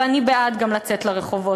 ואני בעד גם לצאת לרחובות,